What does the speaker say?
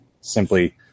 simply